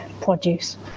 produce